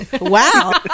Wow